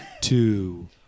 two